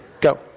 Go